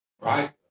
Right